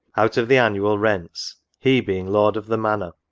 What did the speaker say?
out of the annual rents, he being lord of the manor,